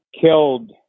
killed